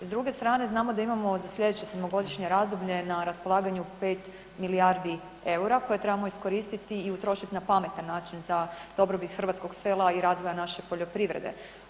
S druge strane, znamo da imamo za slijedeće sedmogodišnje razdoblje na raspolaganju 5 milijardi eura koje trebamo iskoristiti i utrošiti na pametan način za dobrobit hrvatskog sela a i razvoja naše poljoprivrede.